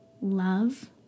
love